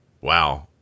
Wow